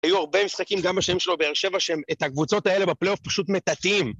היו הרבה משחקים, גם בשם שלו, באר שבע, את הקבוצות האלה בפליי אוף פשוט מטטאים.